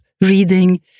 reading